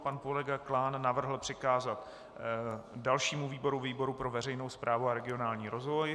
Pan kolega Klán navrhl přikázat dalšímu výboru výboru pro veřejnou správu a regionální rozvoj.